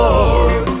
Lord